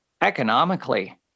economically